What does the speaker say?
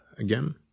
Again